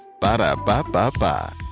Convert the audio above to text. Ba-da-ba-ba-ba